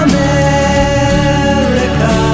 America